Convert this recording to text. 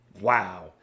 Wow